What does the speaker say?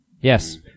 Yes